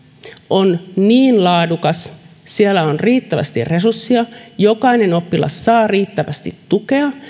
on niin laadukas siellä on riittävästi resursseja jokainen oppilas saa riittävästi tukea